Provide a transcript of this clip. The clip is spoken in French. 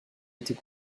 était